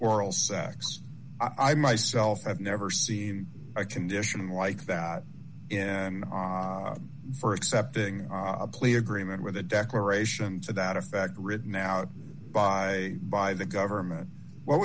oral sex i myself have never seen a condition like that and for accepting a plea agreement with a declaration to that effect written out by by the government what